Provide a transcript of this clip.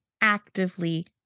actively